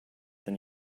than